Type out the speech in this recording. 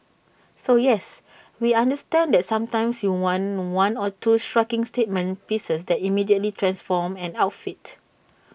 so yes we understand that sometimes you want one or two striking statement pieces that immediately transform an outfit